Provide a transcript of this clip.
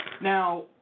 Now